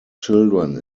children